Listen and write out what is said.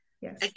Yes